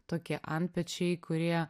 tokie antpečiai kurie